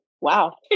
wow